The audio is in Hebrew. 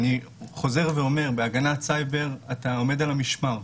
אני חוזר ואומר: בהגנת סייבר אתה עומד על המשמר,